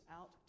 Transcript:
out